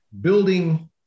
building